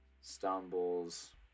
Stumbles